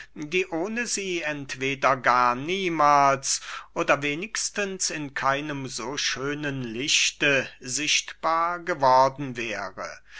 ohne sie entweder gar niemahls oder wenigstens in keinem so schönen lichte sichtbar geworden wäre